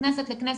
מכנסת לכנסת,